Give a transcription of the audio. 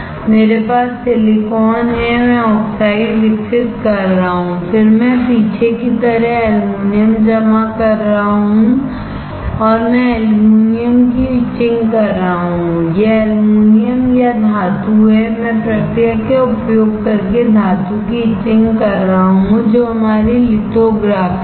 मेरे पास सिलिकॉन है मैं ऑक्साइड विकसित कर रहा हूं फिर मैं पीछे की तरफ एल्यूमीनियम जमा कर रहा हूं और मैं एल्यूमीनियम की इचिंग कर रहा हूं यह एल्यूमीनियम या धातु है और मैं प्रक्रिया का उपयोग करके धातु की इचिंग कर रहा हूं जो हमारी लिथोग्राफी है